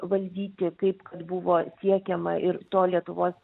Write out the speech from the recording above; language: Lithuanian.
valdyti kaip kad buvo siekiama ir to lietuvos